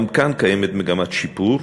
גם כאן קיימת מגמת שיפור,